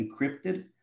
encrypted